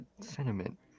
sentiment